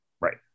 Right